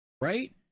right